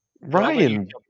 Ryan